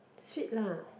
sweet lah